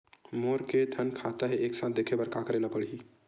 मोर के थन खाता हे एक साथ देखे बार का करेला पढ़ही?